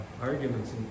arguments